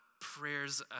prayers